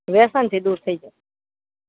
વ્યસનથી દૂર થઈ જાવ